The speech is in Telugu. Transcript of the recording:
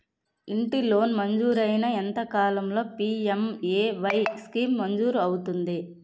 ఇంటి లోన్ మంజూరైన ఎంత కాలంలో పి.ఎం.ఎ.వై స్కీమ్ మంజూరు అవుతుంది?